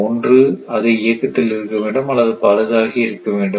ஒன்று அது இயக்கத்தில் இருக்க வேண்டும் அல்லது பழுதாகி இருக்க வேண்டும்